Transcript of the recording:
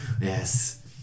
Yes